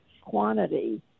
quantity